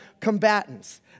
combatants